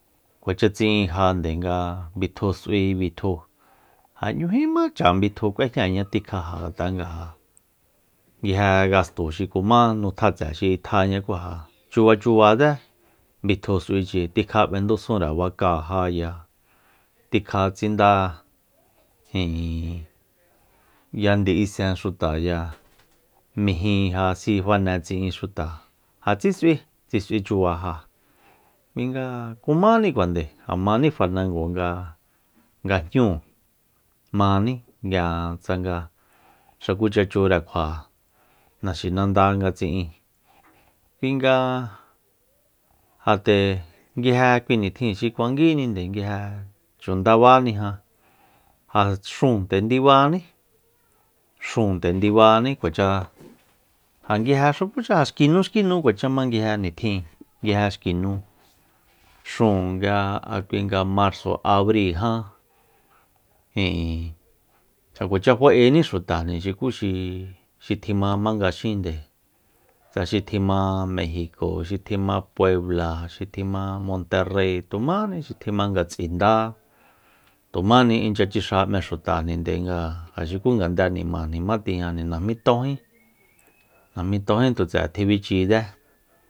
Kuacha tsi'in ja nde nga bitju s'ui bitju ja 'ñújíma chan bitju k'uejñaña tikja ja ngat'a nga ja nguije gasto xi kuma nu tjatse xi itjaña ku ja chuba chubatse bitju s'uichi tikja b'endusúnre bacáa jaya tikja tsinda ijin ya ndi'i sen xutaya mijin ja si fane tsi'in xuta ja tsi s'ui tsi s'ui chuba ja kui nga kumánikuande ja maní fanango nga- nga jñúu maní k'ia tsanga tsa kucha chure kjua naxinanda nga tsi'in kuin nga ja nde nguije kui nitjin xi kuanguínijni nguije chu nabánija ja xúun nde ndibaní-xúun nde ndibaní kuacha ja nguije xukucha ja xi nu xki nu kuacha ma nguije nitjin nguije xki nu xúun ya a kui nga marzo abri jan ijin ja kuacha fa'éní xuta xuku xi- xi tjima jmanga xínde xi tjima mejiko xi tjima puebla xi tjima monterrei tujmáni xi tjima ngatsinda tu jmáni incha tsixa m'e xutajni nde nga ja xuku ngande nima jma tijñajni najmí tónjí najmí tónjí tu tse tjibichi tsé